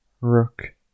Rook